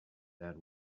that